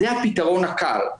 זה הפתרון הקל,